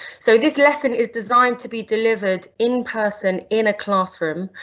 so this lesson is designed to be delivered in person, in a classroom,